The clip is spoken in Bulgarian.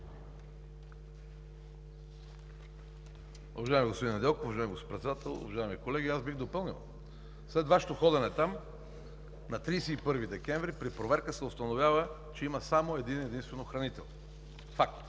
Уважаеми господин Недялков, уважаеми господин Председател, уважаеми колеги! Аз бих допълнил: след Вашето ходене там, на 31 декември при проверка се установява, че има само един-единствен охранител. Факт!